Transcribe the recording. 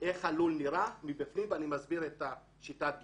איך הלול נראה מבפנים ואני מסביר את שיטת הגידול.